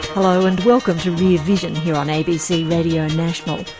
hello, and welcome to rear vision, here on abc radio national.